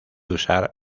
usar